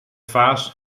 vaas